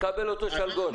תקבל אותו שלגון.